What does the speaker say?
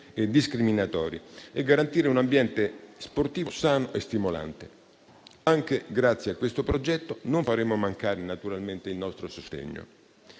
e discriminatori e garantire un ambiente sportivo sano e stimolante. Anche grazie a questo progetto non faremo mancare il nostro sostegno.